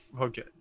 Okay